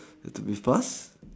it has to be fast